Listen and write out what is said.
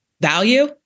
value